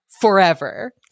forever